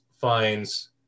finds